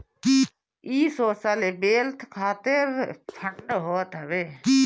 इ social wealth खातिर fund होत हवे